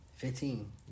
Fifteen